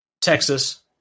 Texas